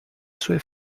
sue